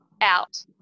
out